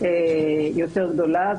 יותר גדולה.